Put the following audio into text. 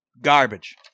Garbage